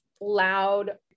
loud